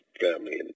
family